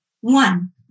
One